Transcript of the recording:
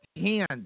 hand